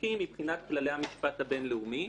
חוקי מבחינת כללי המשפט הבינלאומי